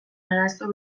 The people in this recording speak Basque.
arazo